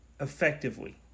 effectively—